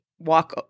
walk